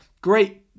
great